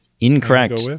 Incorrect